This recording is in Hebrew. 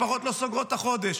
משפחות לא סוגרות את החודש.